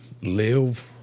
live